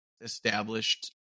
established